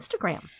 Instagram